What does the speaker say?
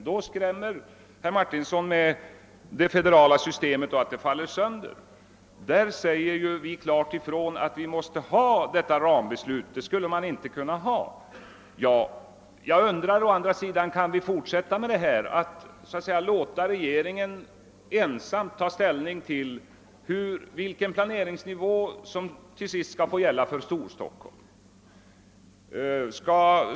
Då skrämmer herr Martinsson med att vi får ett federalt system. Vi säger klart ifrån att vi måste ha detta rambeslut som innesluter en regionalpolitisk målsättning. Kan vi fortsätta att låta regeringen ensam ta ställning till vilken planeringsnivå som till sist skall få gälla för Storstockholm?